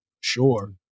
sure